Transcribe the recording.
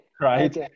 right